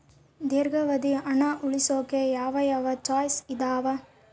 ದೇರ್ಘಾವಧಿ ಹಣ ಉಳಿಸೋಕೆ ಯಾವ ಯಾವ ಚಾಯ್ಸ್ ಇದಾವ?